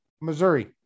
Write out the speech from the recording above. Missouri